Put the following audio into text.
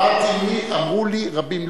אמרתי, אמרו לי רבים.